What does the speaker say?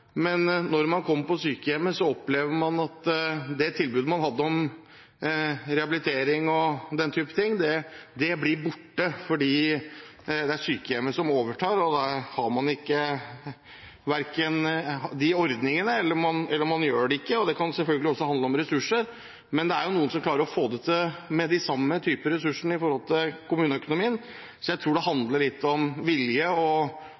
men når man kommer dit, opplever man at det tilbudet man hadde om rehabilitering og den type ting, blir borte fordi det er sykehjemmet som overtar, og der har man ikke de ordningene, eller man gjør det ikke. Det kan selvfølgelig også handle om ressurser, men det er jo noen som klarer å få det til med de samme ressursene i forhold til kommuneøkonomien. Så jeg tror det handler litt om vilje og